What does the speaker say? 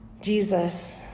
Jesus